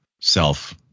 Self